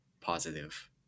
positive